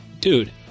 Dude